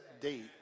date